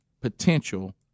potential